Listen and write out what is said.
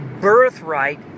birthright